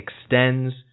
extends